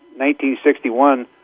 1961